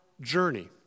journey